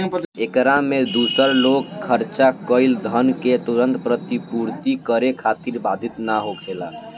एकरा में दूसर लोग खर्चा कईल धन के तुरंत प्रतिपूर्ति करे खातिर बाधित ना होखेला